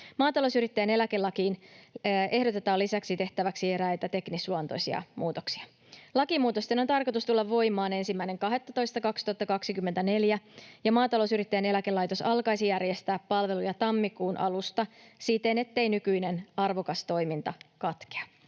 Maatalousyrittäjän eläkelakiin ehdotetaan lisäksi tehtäväksi eräitä teknisluonteisia muutoksia. Lakimuutosten on tarkoitus tulla voimaan 1.12.2024, ja Maatalousyrittäjien eläkelaitos alkaisi järjestää palveluja tammikuun alusta siten, ettei nykyinen arvokas toiminta katkea.